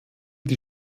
die